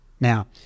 Now